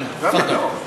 יאללה, תפאדל.